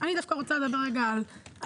אבל אני רוצה לדבר דווקא על צה"ל.